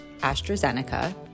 AstraZeneca